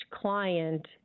client –